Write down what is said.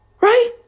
Right